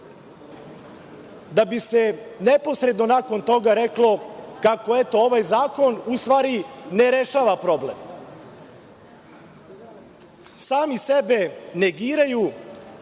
da bi se neposredno nakon toga reklo kako, eto, ovaj zakon u stvari ne rešava problem. Sami sebe negiraju